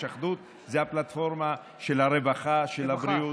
אחדות היא הפלטפורמה של הרווחה ושל הבריאות.